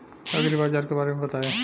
एग्रीबाजार के बारे में बताई?